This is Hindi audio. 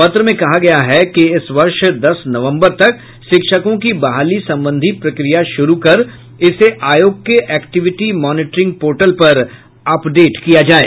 पत्र में कहा गया है कि इस वर्ष दस नवम्बर तक शिक्षकों की बहाली संबंधी प्रक्रिया शुरू कर इसे आयोग के एक्टिविटी मॉनिटरिंग पोर्टल पर अपडेट किया जाये